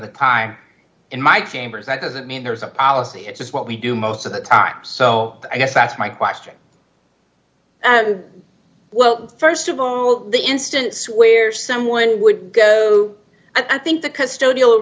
the time in my cameras that doesn't mean there's a policy it's just what we do most of the time so i guess that's my question well st of all the instance where someone would go i think the custod